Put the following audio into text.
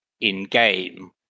in-game